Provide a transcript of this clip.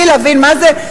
בלי להבין מה זה.